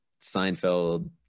Seinfeld